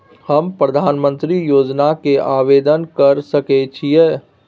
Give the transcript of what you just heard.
हम प्रधानमंत्री योजना के आवेदन कर सके छीये?